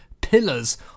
pillars